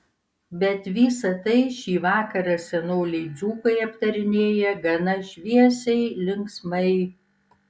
bet visa tai šį vakarą senoliai dzūkai aptarinėja gana šviesiai linksmai